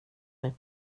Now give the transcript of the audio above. med